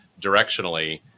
directionally